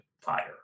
fire